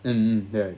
mm mm ya